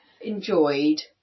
enjoyed